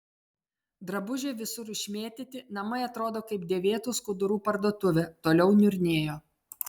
drabužiai visur išmėtyti namai atrodo kaip dėvėtų skudurų parduotuvė toliau niurnėjo